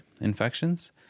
infections